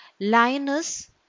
Lioness